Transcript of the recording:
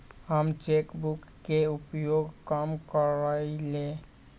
हम cheque book के उपयोग कम करइले